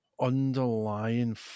underlying